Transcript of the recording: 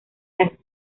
las